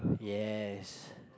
yes